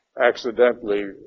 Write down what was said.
accidentally